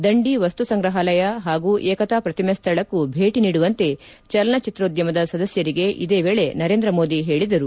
ದಂಡಿ ವಸ್ತು ಸಂಗ್ರಹಾಲಯ ಹಾಗೂ ಏಕತಾ ಪ್ರತಿಮೆ ಸ್ಥಳಕ್ಕೂ ಭೇಟಿ ನೀಡುವಂತೆ ಚಲನಚಿತ್ರೋದ್ಯಮದ ಸದಸ್ಸರಿಗೆ ಇದೇ ವೇಳೆ ನರೇಂದ್ರ ಮೋದಿ ಹೇಳಿದರು